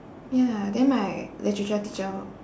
ya then my literature teacher